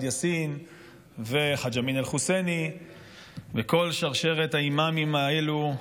יאסין וחאג' אמין אל-חוסייני וכל שרשרת האימאמים האלה,